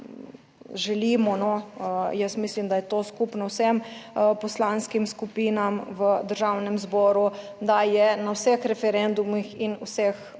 želimo, jaz mislim, da je to skupno vsem poslanskim skupinam v Državnem zboru, da je na vseh referendumih in vseh